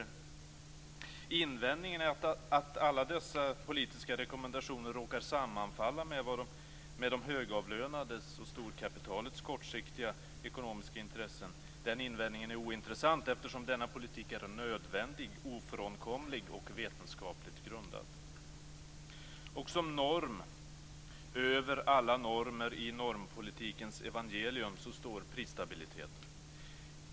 Invändningen att alla dessa politiska rekommendationer råkar sammanfalla med de högavlönades och storkapitalets kortsiktiga ekonomiska intressen är ointressant, eftersom denna politik är nödvändig, ofrånkomlig och vetenskapligt grundad. Och som norm över alla normer i normpolitikens evangelium står prisstabiliteten.